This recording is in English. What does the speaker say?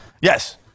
Yes